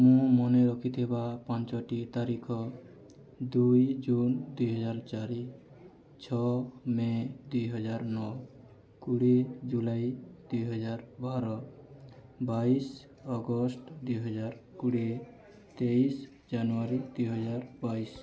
ମୁଁ ମନେ ରଖିଥିବା ପାଞ୍ଚଟି ତାରିଖ ଦୁଇ ଜୁନ ଦୁଇ ହଜାର ଚାରି ଛଅ ମେ ଦୁଇ ହଜାର ନଅ କୋଡ଼ିଏ ଜୁଲାଇ ଦୁଇ ହଜାର ବାର ବାଇଶ ଅଗଷ୍ଟ ଦୁଇ ହଜାର କୋଡ଼ିଏ ତେଇଶ ଜାନୁଆରୀ ଦୁଇ ହଜାର ବାଇଶ